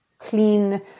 clean